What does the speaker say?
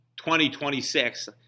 2026